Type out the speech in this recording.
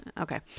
Okay